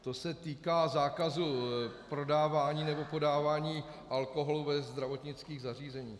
To se týká zákazu prodávání nebo podávání alkoholu ve zdravotnických zařízeních.